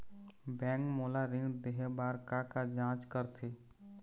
Bank मोला ऋण देहे बार का का जांच करथे?